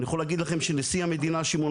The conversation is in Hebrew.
אני יכול להגיד לכם שנשיא המדינה שמעון